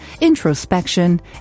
introspection